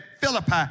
Philippi